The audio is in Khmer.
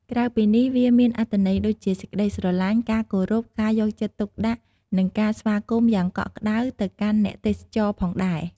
ក្រៅពីនេះវាមានអត្ថន័យដូចជា សេចក្តីស្រលាញ់ ការគោរព ការយកចិត្តទុកដាក់ និងការស្វាគមន៍យ៉ាងកក់ក្តៅទៅកាន់អ្នកទេសចរផងដែរ។